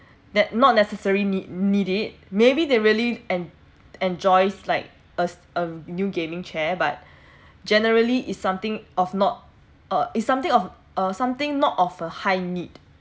that not necessary need need it maybe they really en~ enjoys like a a new gaming chair but generally is something of not uh is something of uh something not of a high need